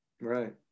right